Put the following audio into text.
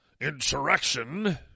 insurrection